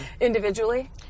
individually